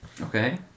Okay